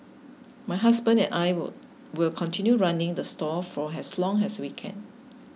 my husband and I will will continue running the stall for as long as we can